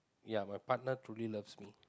ya my partner truly loves me